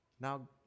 now